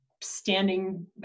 standing